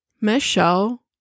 Michelle